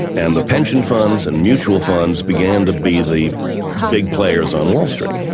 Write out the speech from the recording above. and the pension funds and mutual funds began to be the big players on wall street,